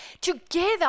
together